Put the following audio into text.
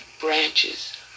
branches